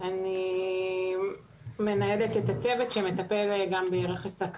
והשנייה נשתדל גם לתת לה